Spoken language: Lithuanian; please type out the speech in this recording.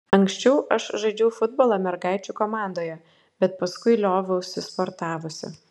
anksčiau aš žaidžiau futbolą mergaičių komandoje bet paskui lioviausi sportavusi